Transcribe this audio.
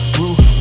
roof